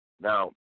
Now